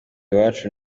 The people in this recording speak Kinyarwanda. iwacu